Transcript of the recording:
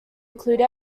include